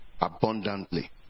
abundantly